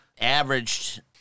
averaged